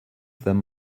them